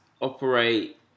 operate